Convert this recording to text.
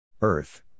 Earth